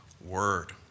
word